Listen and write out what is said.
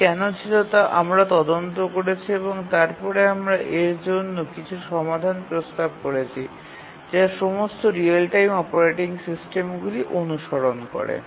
এটি কেন ছিল তা আমরা তদন্ত করেছি এবং তারপরে আমরা এর জন্য কিছু সমাধান প্রস্তাব করেছি যা সমস্ত রিয়েল টাইম অপারেটিং সিস্টেমগুলি অনুসরণ করে